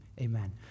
amen